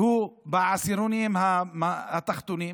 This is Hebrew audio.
שהיא בעשירונים התחתונים,